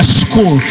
school